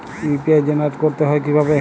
UPI generate করতে হয় কিভাবে?